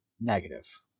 negative